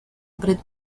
bread